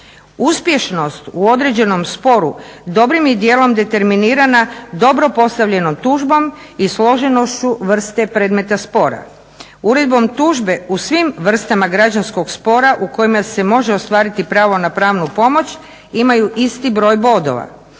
Uspješnost u određenom sporu dobrim je dijelom determinirana dobro postavljenom tužbom i složenošću vrste predmeta spora. Uredbom tužbe u svim vrstama građanskog spora u kojima se može ostvariti pravo na pravnu pomoć imaju isti broj bodova.